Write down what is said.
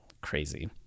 Crazy